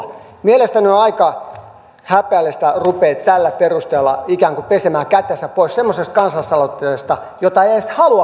mielestäni on aika häpeällistä ruveta tällä perusteella ikään kuin pesemään kätensä pois semmoisesta kansalaisaloitteesta jota ei edes halua kannattaa edustaja heinonen